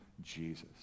Jesus